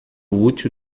útil